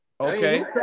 Okay